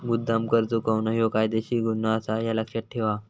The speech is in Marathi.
मुद्द्दाम कर चुकवणा ह्यो कायदेशीर गुन्हो आसा, ह्या लक्ष्यात ठेव हां